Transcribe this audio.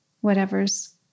whatever's